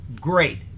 great